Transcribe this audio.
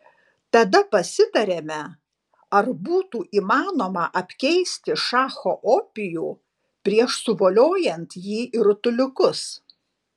tada pasitarėme ar būtų įmanoma apkeisti šacho opijų prieš suvoliojant jį į rutuliukus